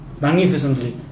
magnificently